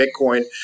Bitcoin